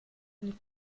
und